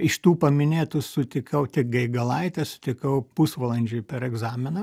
iš tų paminėtų sutikau tik gaigalaitę sutikau pusvalandžiui per egzaminą